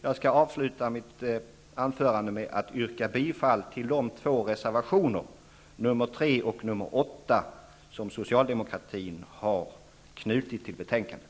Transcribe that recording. Jag skall avsluta mitt anförande med att yrka bifall till de reservationer, nr 3 och nr 8, som socialdemokratin har knutit till betänkandet.